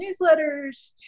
newsletters